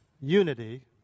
Unity